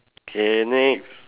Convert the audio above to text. K next